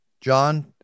john